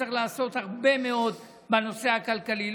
וצריך לעשות הרבה מאוד בנושא הכלכלי,